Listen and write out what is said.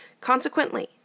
Consequently